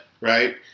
Right